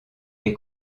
les